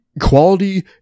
quality